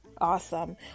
awesome